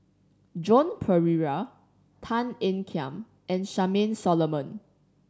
Joan Pereira Tan Ean Kiam and Charmaine Solomon